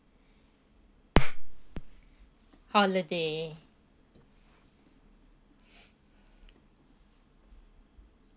holiday